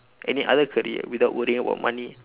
any other career without worrying about money